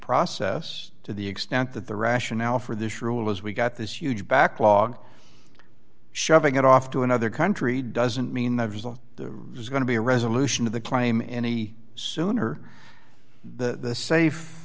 process to the extent that the rationale for this rule is we've got this huge backlog shoving it off to another country doesn't mean the result is going to be a resolution of the claim any sooner the safe